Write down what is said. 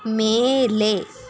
ಮೇಲೆ